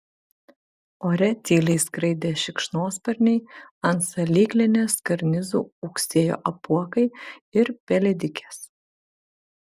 ore tyliai skraidė šikšnosparniai ant salyklinės karnizų ūksėjo apuokai ir pelėdikės